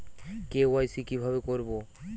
KYC কিভাবে করব?